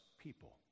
people